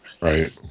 right